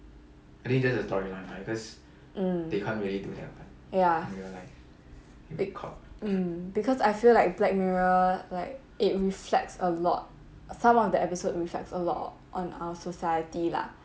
mm ya be~ mm because I feel like black mirror like it reflects a lot some of the episode reflects a lot on our society lah